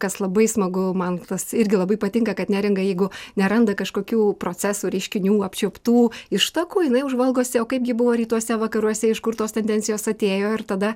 kas labai smagu man tas irgi labai patinka kad neringa jeigu neranda kažkokių procesų reiškinių apčiuoptų ištakų jinai jau žvalgosi o kaipgi buvo rytuose vakaruose iš kur tos tendencijos atėjo ir tada